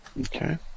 Okay